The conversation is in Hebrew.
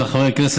בשביל חברי הכנסת,